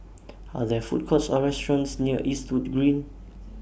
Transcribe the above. Are There Food Courts Or restaurants near Eastwood Green